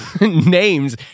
Names